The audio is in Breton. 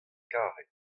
karet